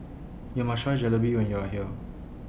YOU must Try Jalebi when YOU Are here